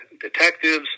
detectives